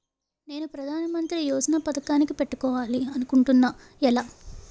నేను ప్రధానమంత్రి యోజన పథకానికి పెట్టుకోవాలి అనుకుంటున్నా ఎలా?